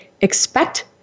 expect